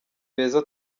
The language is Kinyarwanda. beza